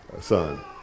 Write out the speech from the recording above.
son